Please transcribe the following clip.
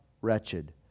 wretched